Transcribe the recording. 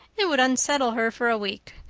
it would unsettle her for a week.